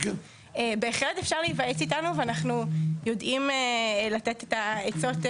בהחלט אפשר להיוועץ איתנו ואנחנו יודעים לתת את העצות,